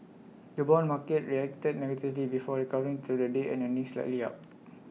the Bond market reacted negatively before recovering through the day and ending slightly up